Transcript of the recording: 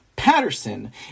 patterson